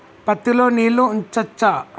పత్తి లో నీళ్లు ఉంచచ్చా?